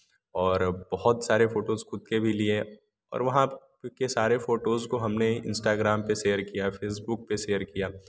और बहुत सारे फोटोज़ खुद के भी लिए और वहाँ के सारे फोटोज़ को हमने इन्स्टाग्राम पर सेयर किया फेसबुक पर सेयर किया